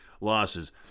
losses